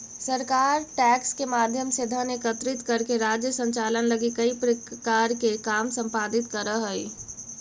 सरकार टैक्स के माध्यम से धन एकत्रित करके राज्य संचालन लगी कई प्रकार के काम संपादित करऽ हई